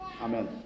Amen